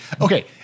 okay